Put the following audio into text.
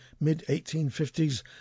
mid-1850s